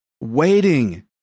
waiting